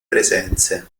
presenze